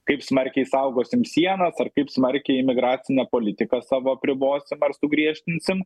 kaip smarkiai saugosim sienas ar kaip smarkiai įmigracinę politiką savo apribosim ar sugriežtinsim